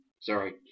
sorry